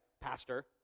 pastor